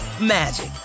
magic